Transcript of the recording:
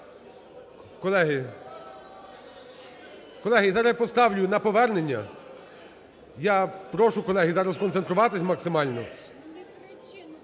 Колеги, зараз я поставлю на повернення. Я прошу, колеги, зараз сконцентруватися максимально.